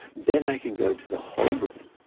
then i can go to the whole brain.